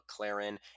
McLaren